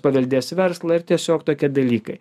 paveldės verslą ir tiesiog tokie dalykai